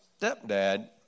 stepdad